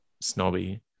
snobby